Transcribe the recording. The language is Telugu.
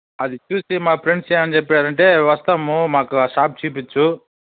అది చూసి మా ఫ్రెండ్స్ ఏమని చెప్పినారంటే వస్తాము మాకు ఆ షాప్ చూపించు